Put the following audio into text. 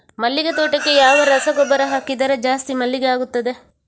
ಮಲ್ಲಿಗೆ ತೋಟಕ್ಕೆ ಯಾವ ರಸಗೊಬ್ಬರ ಹಾಕಿದರೆ ಜಾಸ್ತಿ ಮಲ್ಲಿಗೆ ಆಗುತ್ತದೆ?